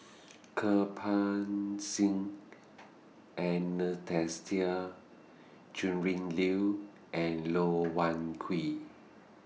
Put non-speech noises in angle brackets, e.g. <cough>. <noise> Kirpal Singh Anastasia Tjendri Liew and Loh Wai Kiew